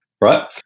right